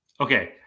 Okay